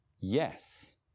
Yes